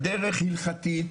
גיור כהלכה,